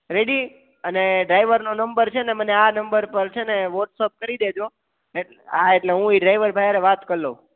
ready અને ડ્રાઈવરનો number છે ને મને આ નંબર પર છે ને વૉટ્સઅપ કરી દેજો એટ આ એટલે હું એ ડ્રાઈવર ભાઈ હારે વાત કરી લઉં